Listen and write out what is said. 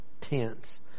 tense